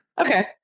okay